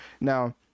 now